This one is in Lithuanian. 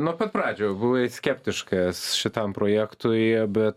nuo pat pradžių buvai skeptiškas šitam projektui bet